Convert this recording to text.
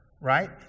right